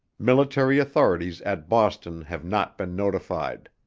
military authorities at boston have not been notified.